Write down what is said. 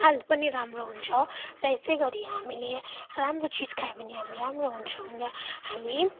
health पनि राम्रो हुन्छ र यसै गरी हामीले राम्रो चिज खायो भने हामी राम्रो हुन्छौँ र हामी